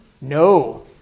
No